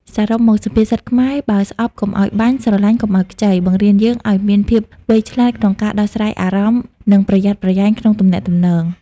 សរុបមក សុភាសិតខ្មែរ "បើស្អប់កុំឲ្យបាញ់ ស្រឡាញ់កុំឲ្យខ្ចី" បង្រៀនយើងឲ្យមានភាពវៃឆ្លាតក្នុងការដោះស្រាយអារម្មណ៍ និងប្រយ័ត្នប្រយែងក្នុងទំនាក់ទំនង។